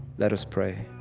let us pray.